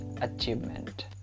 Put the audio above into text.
achievement